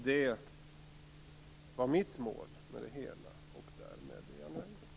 Det var mitt mål med det hela, och därmed är jag nöjd.